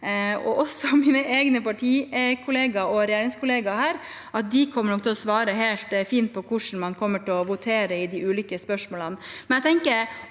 og mine egne parti- og regjeringskollegaer her. De kommer nok til å svare helt fint på hvordan man kommer til å votere i de ulike spørsmålene.